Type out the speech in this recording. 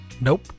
Nope